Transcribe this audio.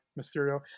Mysterio